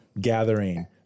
gathering